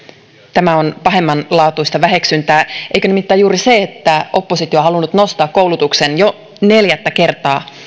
tämä on pahemmanlaatuista väheksyntää eikö nimittäin juuri se että oppositio on halunnut nostaa koulutuksen jo neljättä kertaa